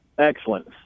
Excellent